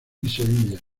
sevilla